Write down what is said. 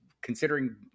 considering